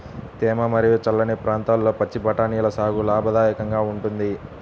తేమ మరియు చల్లని ప్రాంతాల్లో పచ్చి బఠానీల సాగు లాభదాయకంగా ఉంటుంది